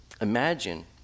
Imagine